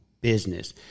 business